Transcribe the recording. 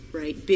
right